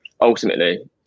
ultimately